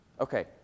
Okay